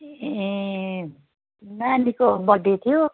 ए नानीको बर्थडे थियो